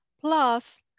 Plus